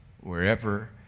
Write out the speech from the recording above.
wherever